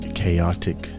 chaotic